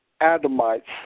Adamites